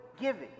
giving